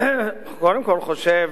אני קודם כול חושב